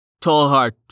Tallheart